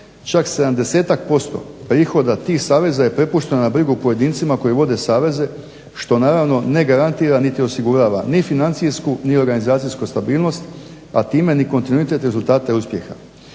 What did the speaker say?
čak 77% prihoda tih saveza je prepušteno na brigu pojedincima koji vode saveze što naravno ne garantira niti osigurava ni financijsku ni organizacijsku stabilnost a time ni kontinuitet rezultata i uspjeha.